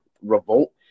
revolt